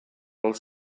als